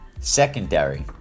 secondary